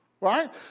Right